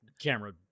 camera